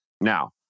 Now